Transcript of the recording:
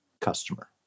customer